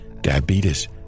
diabetes